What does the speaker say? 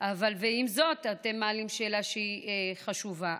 ועם זאת אתם מעלים שאלה שהיא חשובה.